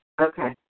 Okay